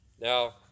Now